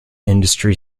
industry